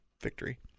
victory